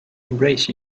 embrace